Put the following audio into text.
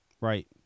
Right